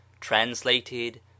translated